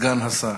סגן השר